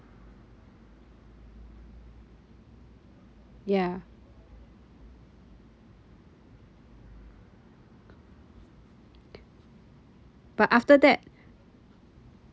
ya but after that